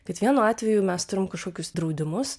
kad vienu atveju mes turim kažkokius draudimus